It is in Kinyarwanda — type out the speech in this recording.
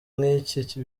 nk’iki